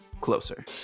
closer